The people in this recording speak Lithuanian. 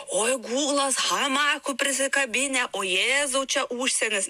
oi gūglas hamakų prisikabinę o jėzau čia užsienis